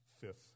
fifth